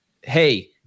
Hey